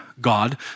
God